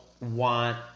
want